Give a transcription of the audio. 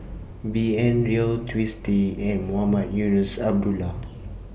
B N Rao Twisstii and Mohamed Eunos Abdullah